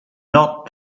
not